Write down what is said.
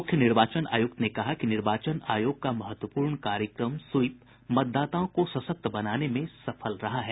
मुख्य निर्वाचन आयुक्त ने कहा कि निर्वाचन आयोग का महत्वपूर्ण कार्यक्रम स्वीप मतदाताओं को सशक्त बनाने में सफल रहा है